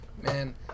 Man